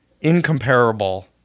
incomparable